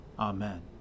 Amen